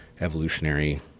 evolutionary